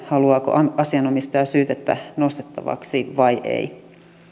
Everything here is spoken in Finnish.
haluaako asianomistaja syytettä nostettavaksi vai ei